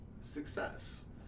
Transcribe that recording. success